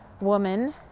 woman